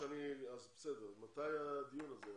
מתי הדיון הזה?